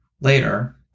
Later